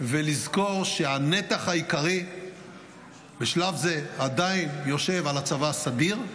ולזכור שהנתח העיקרי בשלב זה עדיין יושב על הצבא הסדיר,